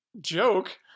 Joke